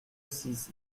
six